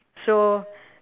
so